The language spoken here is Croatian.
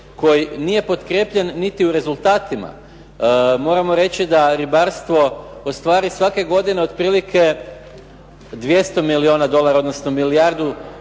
koji nije potkrijepljen niti u rezultatima. Moramo reći da ribarstvo, ustvari svake godine otprilike 200 milijuna dolara, odnosno milijardu